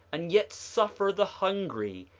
and yet suffer the hungry,